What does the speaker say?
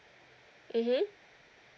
mmhmm